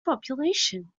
population